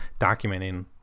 documenting